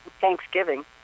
Thanksgiving